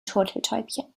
turteltäubchen